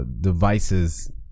devices